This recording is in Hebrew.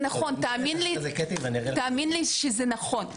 זה נכון, תאמין לי שזה נכון.